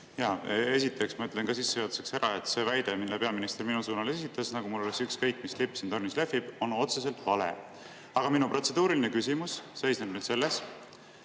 Esiteks, ma ütlen sissejuhatuseks ära, et väide, mille peaminister minu suunal esitas, nagu mul oleks ükskõik, mis lipp siin tornis lehvib, on otseselt vale. Aga minu protseduuriline küsimus seisneb selles.